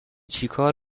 چیکار